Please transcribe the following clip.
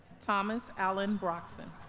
thomas allen broxon